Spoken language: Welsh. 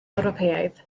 ewropeaidd